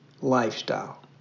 lifestyle